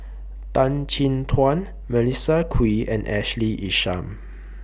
Tan Chin Tuan Melissa Kwee and Ashley Isham